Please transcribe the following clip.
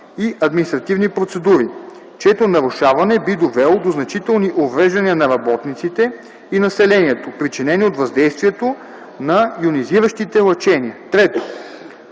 и административни процедури, чието нарушаване би довело до значителни увреждания на работниците и населението, причинени от въздействието на йонизиращите лъчения;”.